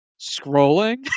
scrolling